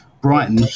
Brighton